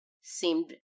seemed